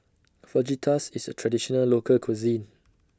Fajitas IS A Traditional Local Cuisine